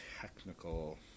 technical